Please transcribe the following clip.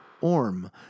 Orm